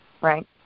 right